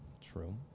true